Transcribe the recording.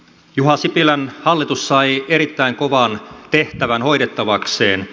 juha sipilän hallitus sai erittäin kovan tehtävän hoidettavakseen